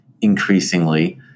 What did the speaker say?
increasingly